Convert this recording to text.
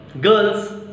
Girls